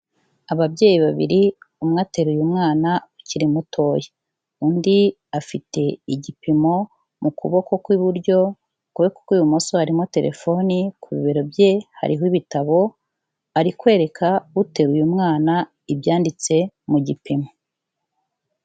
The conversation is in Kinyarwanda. Ababyeyi babiri umwe ateruye umwana ukiri mutoya. Undi afite igipimo mu kuboko kw'iburyo mu kuboko kw'ibumoso harimo terefone ku bibero bye hariho ibitabo, Ari kwereka uteruye umwana ibyanditse mu gipimo.